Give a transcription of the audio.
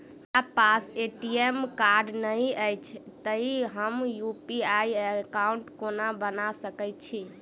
हमरा पास ATM card नहि अछि तए हम यु.पी.आई एकॉउन्ट कोना बना सकैत छी